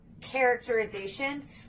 characterization